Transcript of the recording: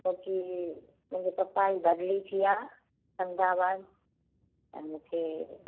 छोकि मुंहिंजे पप्पा जी बदली थी आहे अहमदाबाद त मूंखे